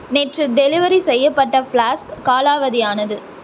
நேற்று டெலிவெரி செய்யப்பட்ட ஃப்ளாஸ்க் காலாவதி ஆனது